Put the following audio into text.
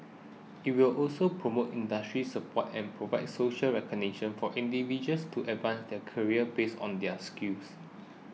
it will also promote industry support and provide social recognition for individuals to advance their careers based on their skills